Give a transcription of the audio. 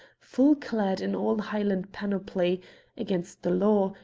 full clad in all highland panoply against the law,